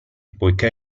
poiché